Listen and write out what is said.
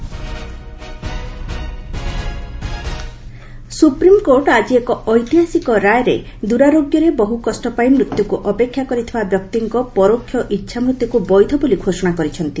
SC euthanasia supreme court ଆଜି ଏକ ଐତିହାସିକ ରାୟରେ ଦୂରାରୋଗ୍ୟରେ ବହୁ କଷ୍ଟ ପାଇ ମୃତ୍ୟୁକୁ ଅପେକ୍ଷା କରିଥିବା ବ୍ୟକ୍ତିଙ୍କ ପରୋକ୍ଷ ଇଚ୍ଛାମୃତ୍ୟୁକୁ ବୈଧ ବୋଲି ଘୋଷଣା କରିଛନ୍ତି